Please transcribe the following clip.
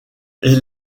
est